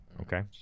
okay